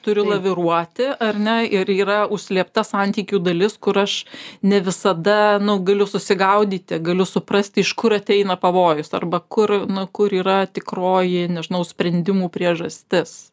turi laviruoti ar ne ir yra užslėpta santykių dalis kur aš ne visada galiu susigaudyti galiu suprasti iš kur ateina pavojus arba kur na kur yra tikroji nežinau sprendimų priežastis